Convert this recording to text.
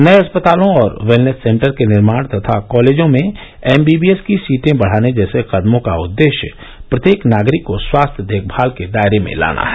नए अस्पतालों और वेलनेस सेंटर के निर्माण तथा कॉलेजों में एमबीबीएस की सीटें बढ़ाने जैसे कदमों का उद्देश्य प्रत्येक नागरिक को स्वास्थ्य देखभाल के दायरे में लाना है